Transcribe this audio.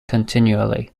continually